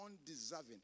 undeserving